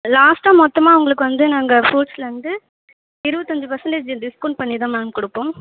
லாஸ்ட்டா மொத்தமாக உங்களுக்கு வந்து நாங்கள் ஃப்ரூட்ஸ்ஸில் வந்து இருபத்தஞ்சி பர்சன்டேஜ்ஜு டிஸ்கௌண்ட் பண்ணி தான் மேம் கொடுப்போம்